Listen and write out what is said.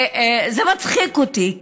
זה מצחיק אותי,